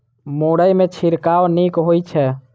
मुरई मे छिड़काव नीक होइ छै?